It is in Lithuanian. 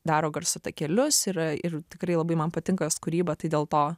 daro garso takelius yra ir tikrai labai man patinka jos kūryba tai dėl to